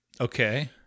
Okay